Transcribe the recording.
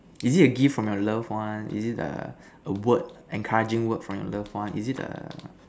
is it a gift from your loved one is it err a word a encouraging word from your loved one is it a